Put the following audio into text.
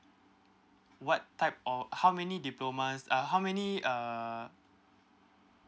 what type or how many diploma uh how many uh